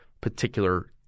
particular